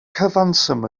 cyfanswm